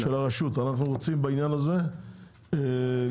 אנחנו רוצים להתקדם